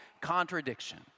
contradiction